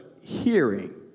hearing